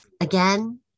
Again